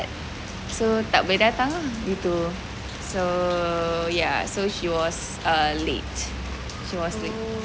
so tak boleh datang ah gitu so ya so she was late she was late